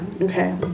Okay